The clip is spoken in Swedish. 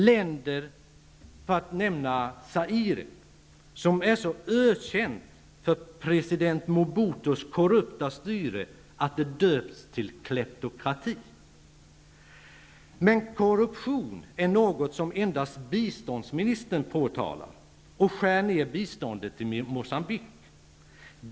Zaire t.ex. är så ökänt för president Mobutos korrupta styre att det döpts till ''kleptokrati''. Men korruption är något som endast biståndsministern påtalar -- och därför skär ner biståndet till Moçambique.